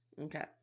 Okay